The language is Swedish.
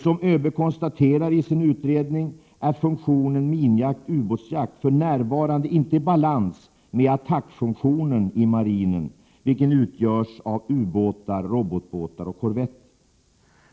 Som ÖB konstaterar i sin utredning är funktionen minjakt/ubåtsjakt för närvarande inte i balans med attackfunktionen i marinen vilken utgörs av ubåtar, robotbåtar och korvetter.